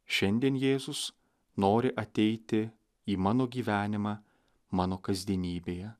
šiandien jėzus nori ateiti į mano gyvenimą mano kasdienybėje